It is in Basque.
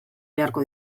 beharko